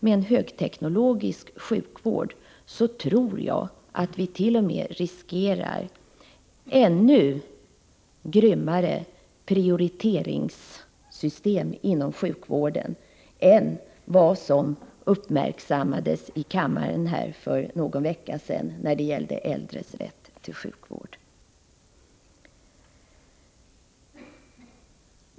Med högteknologisk sjukvård tror jag att vi t.o.m. riskerar ännu grymmare prioriteringssystem inom sjukvården än vad som uppmärksammades här i kammaren för någon vecka sedan när det gällde äldres rätt till sjukvård.